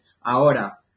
Ahora